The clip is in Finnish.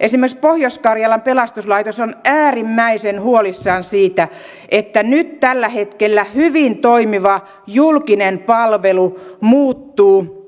esimerkiksi pohjois karjalan pelastuslaitos on äärimmäisen huolissaan siitä että nyt tällä hetkellä hyvin toimiva julkinen palvelu muuttuu